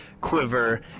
quiver